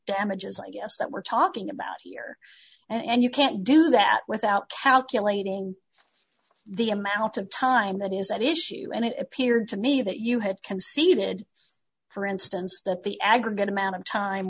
damages i guess that we're talking about here and you can't do that without calculating the amount of time that is at issue and it appeared to me that you had conceded for instance that the aggregate amount of time